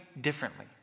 differently